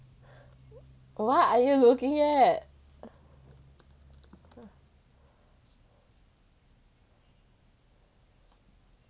what are you looking at